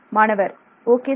மாணவர் okay sir